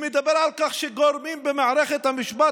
הוא מדבר על כך שגורמים במערכת המשפט